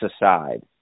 aside